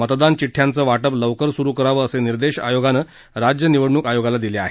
मतदान चिठ्ठयाचं वाटप लवकर सुरु करावं असे निर्देश आयोगानं राज्य निवडणूक आयोगाला दिले आहेत